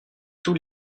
tous